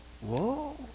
Whoa